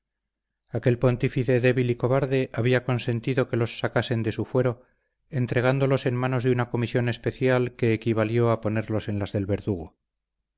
francia aquel pontífice débil y cobarde había consentido que los sacasen de su fuero entregándolos en manos de una comisión especial que equivalió a ponerlos en las del verdugo